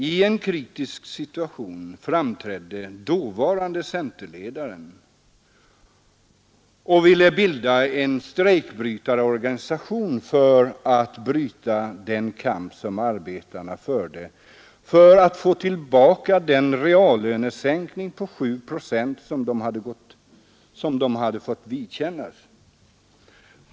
I en kritisk situation framträdde dåvarande centerledaren och ville bilda en strejkbrytarorganisation för att stoppa den kamp som arbetarna förde för att få kompensation för den reallönesänkning på sju procent som de fått vidkännas.